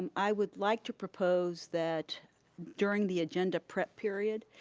and i would like to propose that during the agenda prep period,